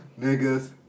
niggas